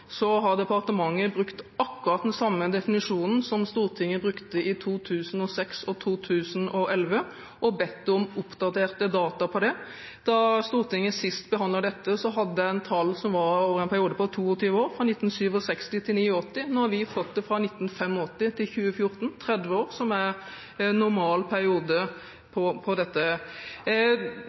har departementet brukt akkurat den samme definisjonen som Stortinget brukte i 2006 og i 2011, og bedt om oppdaterte data på det. Da Stortinget sist behandlet dette, hadde en tall som var over en periode på 22 år, fra 1967 til 1989. Nå har vi fått tall fra 1985 til 2014 – ca. 30 år – som er en normal periode